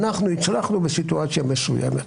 אנחנו הצלחנו בסיטואציה מסוימת.